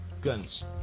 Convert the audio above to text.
guns